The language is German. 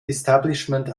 establishment